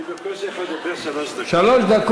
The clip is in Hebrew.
אני בקושי יכול לדבר שלוש דקות.